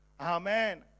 Amen